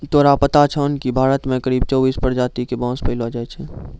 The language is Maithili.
तोरा पता छौं कि भारत मॅ करीब चौबीस प्रजाति के बांस पैलो जाय छै